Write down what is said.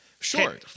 Sure